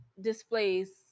displays